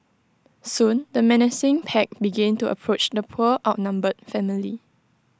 soon the menacing pack began to approach the poor outnumbered family